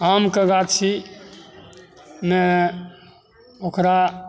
आमके गाछीमे ओकरा